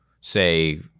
say